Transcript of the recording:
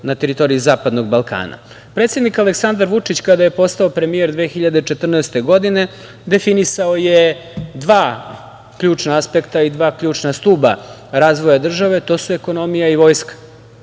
na teritoriji Zapadnog Balkana. Predsednik Aleksandar Vučić kada je postao premijer 2014. godine definisao je dva ključna aspekta i dva ključna stuba razvoja države, a to su ekonomija i vojska